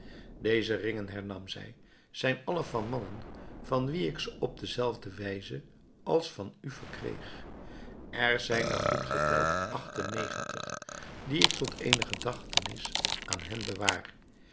deze ringen hernam zij zijn allen van mannen van wie ik ze op dezelfde wijze als van u verkreeg er zijn er goed geteld acht en negentig die ik tot eene gedachtenis aan hen bewaar